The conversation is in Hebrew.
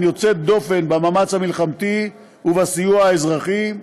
יוצא דופן במאמץ המלחמתי ובסיוע האזרחי,